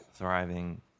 Thriving